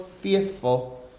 faithful